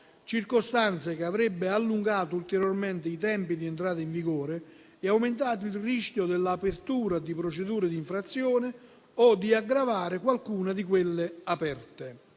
circostanza che avrebbe allungato ulteriormente i tempi di entrata in vigore e aumentato il rischio dell'apertura di procedure di infrazione o di aggravare qualcuna di quelle aperte.